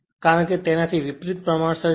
કારણ કે તેનાથી વિપરિત પ્રમાણસર છે